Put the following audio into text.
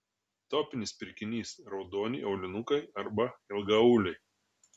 topinis pirkinys raudoni aulinukai arba ilgaauliai